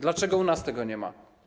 Dlaczego u nas tego nie ma?